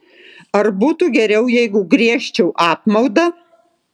ar būtų geriau jeigu giežčiau apmaudą